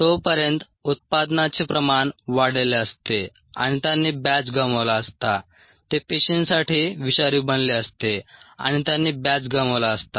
तोपर्यंत उत्पादनाचे प्रमाण वाढलेले असते आणि त्यांनी बॅच गमावला असता ते पेशींसाठी विषारी बनले असते आणि त्यांनी बॅच गमावला असता